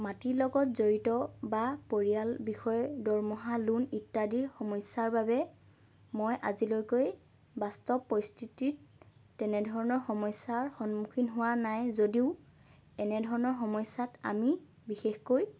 মাটিৰ লগত জড়িত বা পৰিয়াল বিষয় দৰমহা লোন ইত্যাদি সমস্যাৰ বাবে মই আজিলৈকে বাস্তৱ পৰিস্থিতিত তেনেধৰণৰ সমস্যাৰ সন্মুখীন হোৱা নাই যদিও এনেধৰণৰ সমস্যাত আমি বিশেষকৈ